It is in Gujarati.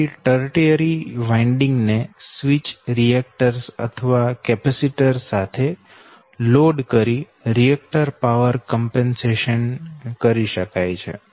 તેથી ટર્ટીયરી વાઇન્ડિંગ ને સ્વિચ રિએક્ટર્સ અથવા કેપેસિટર સાથે લોડ કરી રિએક્ટિવ પાવર કમ્પેન્સેશન કરી શકાય છે